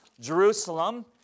Jerusalem